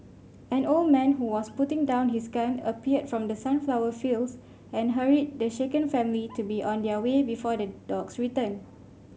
an old man who was putting down his gun appeared from the sunflower fields and hurried the shaken family to be on their way before the dogs return